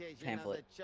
Pamphlet